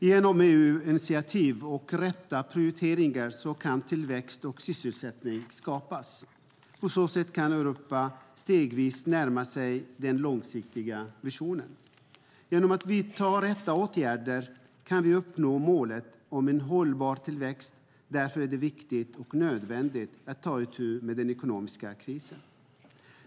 Herr talman! Genom EU-initiativ och rätta prioriteringar kan tillväxt och sysselsättning skapas. På så sätt kan Europa stegvis närma sig den långsiktiga visionen. Genom att vidta rätta åtgärder kan vi uppnå målet om en hållbar tillväxt. Därför är det viktigt och nödvändigt att ta itu med den ekonomiska krisen.